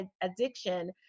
addiction